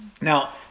Now